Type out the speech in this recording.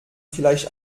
vielleicht